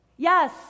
Yes